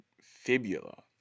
fibula